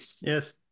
Yes